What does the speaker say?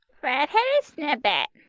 redheaded snippet,